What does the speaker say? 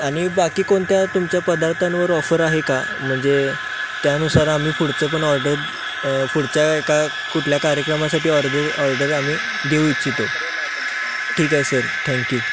आणि बाकी कोणत्या तुमच्या पदार्थांवर ऑफर आहे का म्हणजे त्यानुसार आम्ही पुढचं पण ऑर्डर पुढच्या एका कुठल्या कार्यक्रमासाठी ऑर्डर ऑर्डर आम्ही देऊ इच्छितो ठीक आहे सर थँक्यू